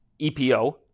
EPO